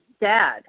dad